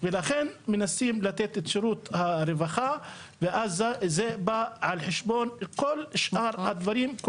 ולכן מנסים לתת את שירות הרווחה ואז זה בא על חשבון כל שאר הדברים,